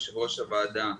יושבת-ראש הוועדה.